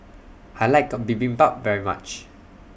I like A Bibimbap very much